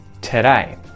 today